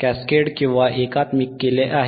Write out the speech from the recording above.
कॅस्केडएकात्मिक केले आहे